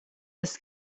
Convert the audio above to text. des